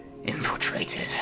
Infiltrated